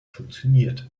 funktioniert